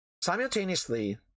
Simultaneously